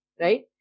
right